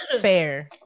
Fair